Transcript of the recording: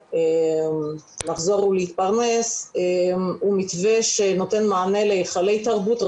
לחזור ולהתפרנס הוא מתווה שנותן מענה להיכלי תרבות,